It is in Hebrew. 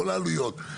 כל העלויות.